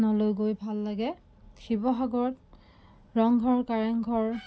নলৈ গৈ ভাল লাগে শিৱসাগৰত ৰংঘৰ কাৰেংঘৰ